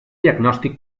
diagnòstic